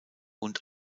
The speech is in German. und